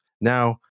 Now